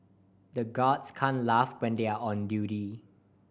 the guards can't laugh when they are on duty